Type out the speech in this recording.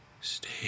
Stay